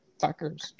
Fuckers